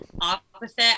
opposite